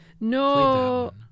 no